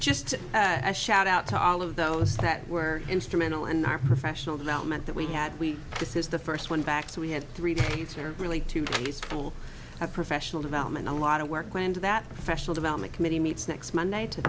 a shout out to all of those that were instrumental in our professional development that we had we this is the first one back so we had three dates or really two days of professional development a lot of work went into that professional development committee meets next monday to